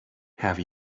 have